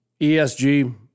ESG